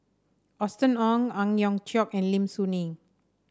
Austen Ong Ang Hiong Chiok and Lim Soo Ngee